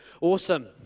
Awesome